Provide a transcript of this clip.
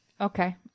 Okay